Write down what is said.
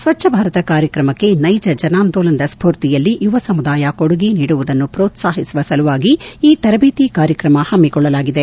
ಸ್ವಚ್ದ ಭಾರತ ಕಾರ್ಯಕ್ರಮಕ್ಕೆ ಸೈಜ ಜನಾಂದೋಲನದ ಸ್ಕೂರ್ತಿಯಲ್ಲಿ ಯುವ ಸಮುದಾಯ ಕೊಡುಗೆ ನೀಡುವುದನ್ನು ಪ್ರೋತ್ಸಾಹಿಸುವ ಸಲುವಾಗಿ ಈ ತರಬೇತಿ ಕಾರ್ಯಕ್ರಮ ಹಮ್ಮಿಕೊಳ್ಳಲಾಗಿದೆ